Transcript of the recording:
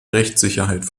rechtssicherheit